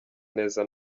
neza